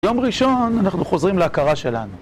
יום ראשון אנחנו חוזרים להכרה שלנו.